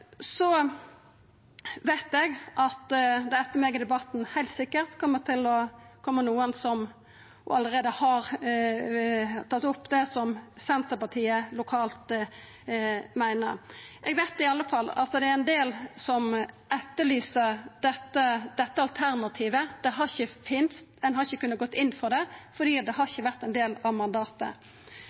Så veit eg at det etter meg i debatten heilt sikkert kjem til å koma nokon som allereie har tatt opp det Senterpartiet meiner lokalt. Eg veit i alle fall at det er ein del som etterlyser dette alternativet. Det har ikkje funnest. Ein har ikkje kunna gå inn for det, for det har ikkje vore ein del av mandatet.